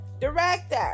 director